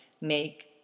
make